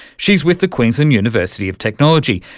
she's with the queensland university of technology,